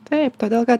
taip todėl kad